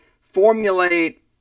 formulate